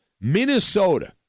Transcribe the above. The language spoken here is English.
Minnesota